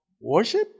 worship